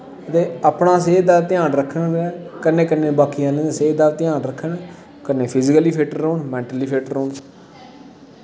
कुतै अपनी सेह्त दा ध्यान रक्खन गै कन्नै कन्नै बाकी आह्लें दी सेह्त दा ध्यान रक्खन कनै फिजिकली फिट रौह्न कनै मैंटली फिट रौह्न